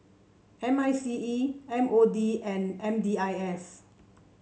M I C E M O D and M D I S